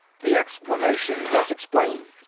the explanation does explain.